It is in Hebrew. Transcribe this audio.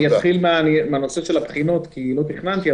אתחיל מנושא הבחינות לא תכננתי,